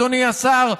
אדוני השר,